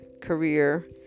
Career